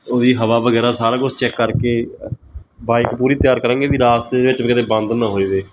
ਉਹਦੀ ਹਵਾ ਵਗੈਰਾ ਸਾਰਾ ਕੁਛ ਚੈੱਕ ਕਰਕੇ ਬਾਈਕ ਪੂਰੀ ਤਿਆਰ ਕਰਾਂਗੇ ਵੀ ਰਾਸਤੇ ਦੇ ਵਿੱਚ ਵੀ ਕਿਤੇ ਬੰਦ ਨਾ ਹੋ ਜਾਵੇ